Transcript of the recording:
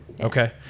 Okay